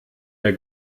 der